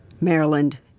Maryland